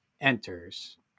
enters